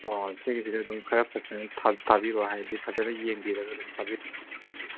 ꯑꯣ ꯁꯤꯒꯤꯁꯤꯗ ꯑꯗꯨꯝ ꯈꯔ ꯐꯖꯅ ꯊꯥꯕꯤꯔꯣ ꯍꯥꯏꯗꯤ ꯐꯖꯅ ꯌꯦꯡꯕꯤꯔꯒ ꯑꯗꯨꯝ ꯊꯥꯕꯤꯔꯣ